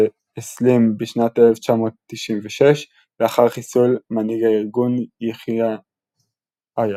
שהסלים בשנת 1996 לאחר חיסול מנהיג הארגון יחיא עיאש.